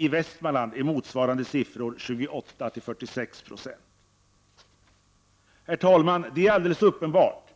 I Västmanland är motsvarande siffror 28-46 90. Herr talman! Alldeles uppenbart